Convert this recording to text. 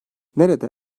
nerede